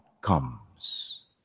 comes